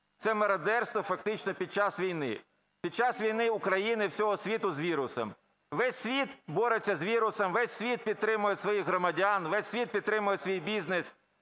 – мародерство фактично під час війни. Під час війни України, всього світу з вірусом. Весь світ бореться з вірусом, весь світ підтримує своїх громадян, весь світ підтримує свій бізнес,